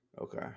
Okay